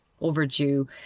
overdue